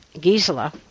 Gisela